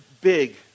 Big